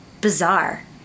bizarre